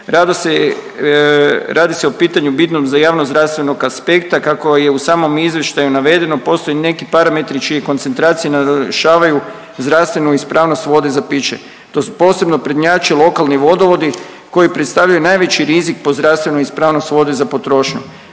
radi se o pitanju bitnom za javnozdravstvenog aspekta, kako je i u samom izvještaju navedeno, postoje neki parametri čije koncentracije narušavaju zdravstvenu ispravnost vode za piće. Tu posebno prednjače lokalni vodovodi koji predstavljaju najveći rizik po zdravstvenu ispravnost vode za potrošnju.